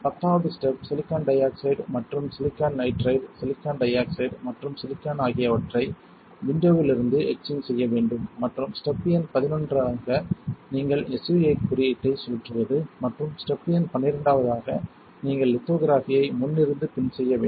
பத்தாவது step silicon dioxide மற்றும் silicon nitride silicon dioxide மற்றும் சிலிக்கான் ஆகியவற்றை விண்டோவிலிருந்து எட்சிங் செய்ய வேண்டும் மற்றும் ஸ்டெப் எண் பதினொன்றாக நீங்கள் SU 8 குறியீட்டை சுழற்றுவது மற்றும் ஸ்டெப் எண் பன்னிரண்டாவது நீங்கள் லித்தோகிராஃபியை முன் இருந்து பின் செய்ய வேண்டும்